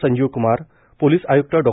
Sanjeev Kumar police आयुक्त डॉ